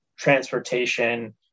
transportation